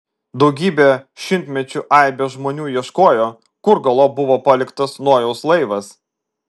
daugybę šimtmečių aibės žmonių ieškojo kur galop buvo paliktas nojaus laivas